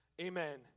Amen